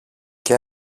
και